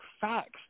facts